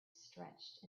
stretched